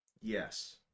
Yes